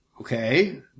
Okay